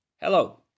hello